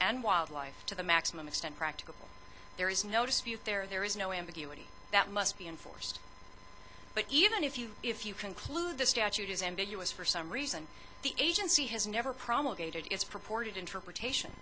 and wildlife to the maximum extent practicable there is no dispute there there is no ambiguity that must be enforced but even if you if you conclude the statute is ambiguous for some reason the agency has never promulgated its purported interpretation